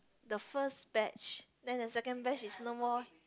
the first batch then the second batch is no more